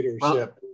leadership